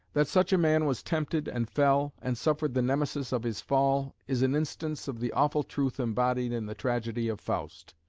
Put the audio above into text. that such a man was tempted and fell, and suffered the nemesis of his fall, is an instance of the awful truth embodied in the tragedy of faust.